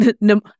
No